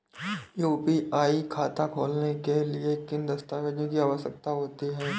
UPI खाता खोलने के लिए किन दस्तावेज़ों की आवश्यकता होती है?